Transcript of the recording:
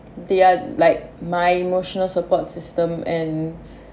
they are like my emotional support system and